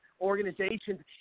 organizations